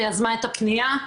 שיזמה את הפנייה.